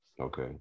Okay